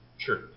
Sure